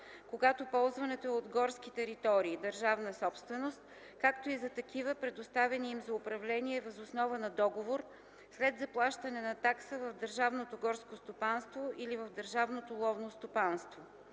когато ползването е от горски територии – държавна собственост, както и за такива, предоставени им за управление въз основа на договор след заплащане на такса в държавното горско стопанство или в държавното ловно стопанство;